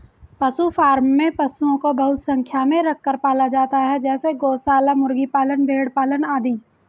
पशु फॉर्म में पशुओं को बहुत संख्या में रखकर पाला जाता है जैसे गौशाला, मुर्गी पालन, भेड़ पालन आदि